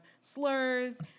slurs